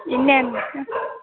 ಇನ್ನೇನು ಮತ್ತೆ